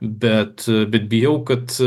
bet bet bijau kad